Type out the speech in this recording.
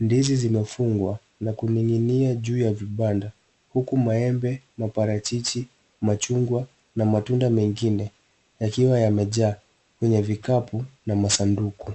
Ndizi zimefungwa na kuning'inia juu ya vibanda huku maembe, maparachichi, machungwa na matunda mengine yakiwa yamejaa kwenye vikapu na masanduku.